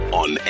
on